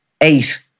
eight